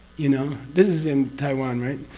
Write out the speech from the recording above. you know? this is in taiwan, right?